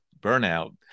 burnout